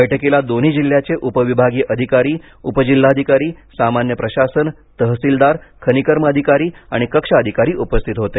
बैठकीला दोन्ही जिल्ह्याचे उपविभागीय अधिकारी उपजिल्हाधिकारी सामान्य प्रशासन तहसीलदार खनिकर्म अधिकारी आणि कक्ष अधिकारी उपस्थित होते